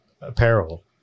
apparel